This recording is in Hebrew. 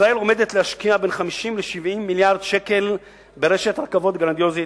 ישראל עומדת להשקיע 50 70 מיליארד שקל ברשת רכבות גרנדיוזית,